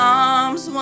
arms